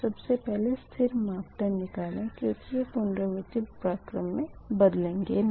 सबसे पहले स्थिर मापदंड निकालें क्यूँकि ये पुनरावर्ती प्रक्रम मे बदलेंगे नहीं